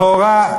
לכאורה,